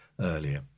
earlier